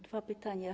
Dwa pytania.